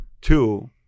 Two